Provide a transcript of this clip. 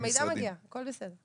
תיכף נגיע, הכול בסדר.